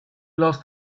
lost